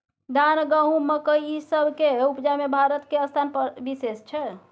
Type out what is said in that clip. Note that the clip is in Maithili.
धान, गहूम, मकइ, ई सब के उपजा में भारत के स्थान विशेष छै